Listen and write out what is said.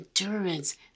endurance